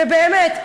ובאמת,